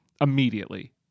immediately